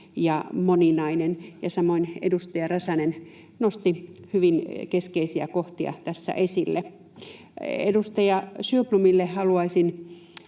ja moninainen. Samoin edustaja Räsänen nosti hyvin keskeisiä kohtia tässä esille. Edustaja Sjöblomille: tähän